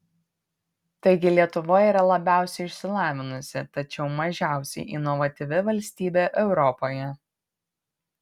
taigi lietuva yra labiausiai išsilavinusi tačiau mažiausiai inovatyvi valstybė europoje